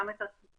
גם את התמותה.